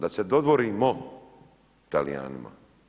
Da se dodvorimo Talijanima?